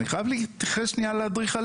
אני חייב להתייחס שניה לאדריכלים.